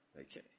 Okay